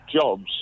jobs